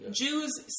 Jews